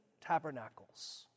tabernacles